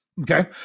okay